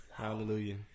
Hallelujah